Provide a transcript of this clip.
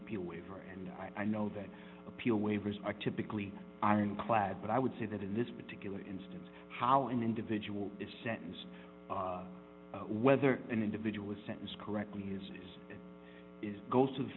appeal waiver and i know that appeal waivers are typically ironclad but i would say that in this particular instance how an individual is sentenced whether an individual sentence correctly is that is goes to the